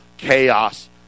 Chaos